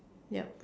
yup